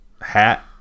hat